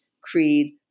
creed